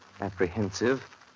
apprehensive